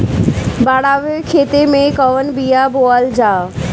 बाड़ वाले खेते मे कवन बिया बोआल जा?